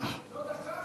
תודה, חבר הכנסת.